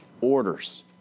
orders